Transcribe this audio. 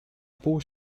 pół